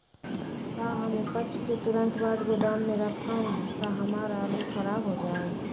का हम उपज के तुरंत बाद गोदाम में रखम त हमार आलू खराब हो जाइ?